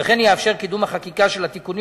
וכן יאפשר את קידום החקיקה של התיקונים